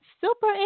super